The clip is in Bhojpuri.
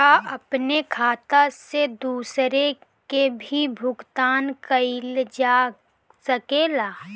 का अपने खाता से दूसरे के भी भुगतान कइल जा सके ला?